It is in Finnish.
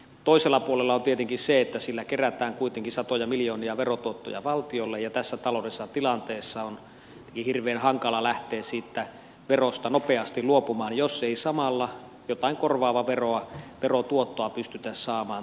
toisella puolella on tietenkin se että sillä kerätään kuitenkin satoja miljoonia verotuottoja valtiolle ja tässä taloudellisessa tilanteessa on hirveän hankala lähteä siitä verosta nopeasti luopumaan jos ei samalla jotain korvaavaa veroa verotuottoa pystytä saamaan toisaalta